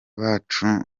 baca